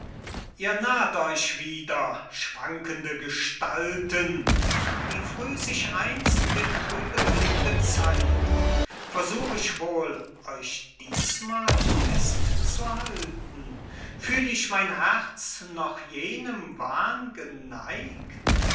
ihr naht euch wieder schwankende gestalten die früh sich einst dem trüben blick gezeigt versuch ich wohl euch diesmal fest zu halten fühl ich mein herz noch jenem wahn geneigt